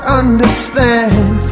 understand